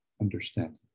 understanding